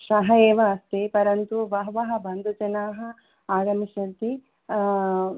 सः एव अस्ति परन्तु बहवः बन्धुजनाः आगमिष्यन्ति